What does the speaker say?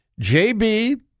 JB